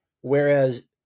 whereas